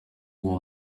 uwo